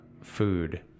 food